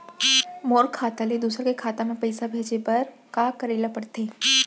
मोर खाता ले दूसर के खाता म पइसा भेजे बर का करेल पढ़थे?